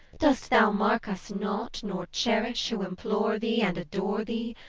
dost thou mark us not, nor cherish, who implore thee, and adore thee?